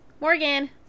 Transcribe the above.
Morgan